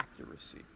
accuracy